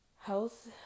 health